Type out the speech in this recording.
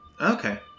Okay